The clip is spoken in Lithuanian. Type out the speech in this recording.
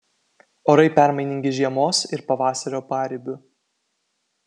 orai permainingi žiemos ir pavasario paribiu